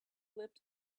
flipped